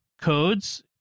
codes